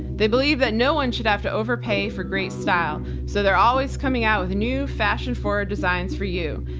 they believe that no one should have to overpay for great style, so they're always coming out with new, fashion-forward designs for you.